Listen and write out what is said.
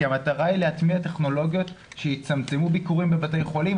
כי המטרה היא להטמיע טכנולוגיות שיצמצמו ביקורים בבתי חולים.